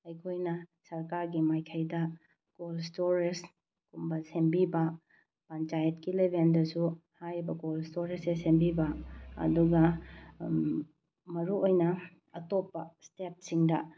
ꯑꯩꯈꯣꯏꯅ ꯁꯔꯀꯥꯔꯒꯤ ꯃꯥꯏꯀꯩꯗ ꯀꯣꯜ ꯏꯁꯇꯣꯔꯦꯖ ꯀꯨꯝꯕ ꯁꯦꯝꯕꯤꯕ ꯄꯟꯆꯥꯌꯠꯀꯤ ꯂꯦꯕꯦꯜꯗꯁꯨ ꯍꯥꯏꯔꯤꯕ ꯀꯣꯜ ꯏꯁꯇꯣꯔꯦꯁꯁꯦ ꯁꯦꯝꯕꯤꯕ ꯑꯗꯨꯒ ꯃꯔꯨ ꯑꯣꯏꯅ ꯑꯇꯣꯞꯄ ꯏꯁꯇꯦꯠꯁꯤꯡꯗ